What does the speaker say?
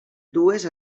dues